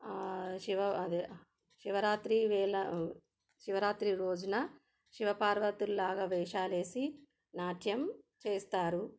శివరాత్రి వేళ శివరాత్రి రోజున శివపార్వతుల లాగా వేషాలు వేసి నాట్యం చేస్తారు